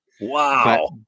Wow